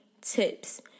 tips